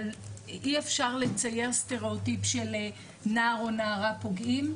אבל אי אפשר לצייר סטריאוטיפ של נער או נערה פוגעים,